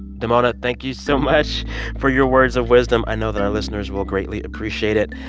damona, thank you so much for your words of wisdom. i know that our listeners will greatly appreciate it.